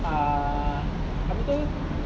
uh apa tu